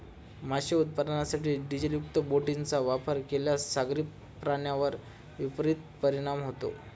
मासे उत्पादनासाठी डिझेलयुक्त बोटींचा वापर केल्यास सागरी प्राण्यांवर विपरीत परिणाम होतो